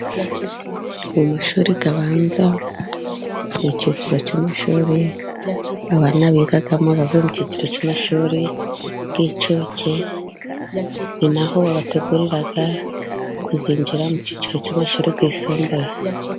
Mu mashuri abanza ni icyiciro cy'amashuri, abana bigamo bavuye mu cyiciro cy'amashuri y'incuke, ni naho babategurira kuzinjira mu cyiciro cy'amashuri yisumbuye.